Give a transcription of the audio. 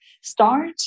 Start